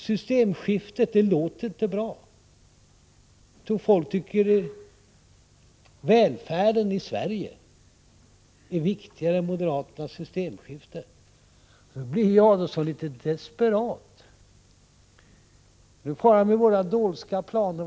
Jag tror folk tycker att välfärden är viktigare än moderaternas systemskifte. Nu blir Adelsohn desperat och frågar vad vi har för dolska planer.